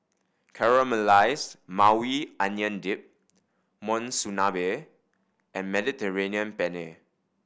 Caramelized Maui Onion Dip Monsunabe and Mediterranean Penne